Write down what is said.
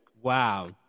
Wow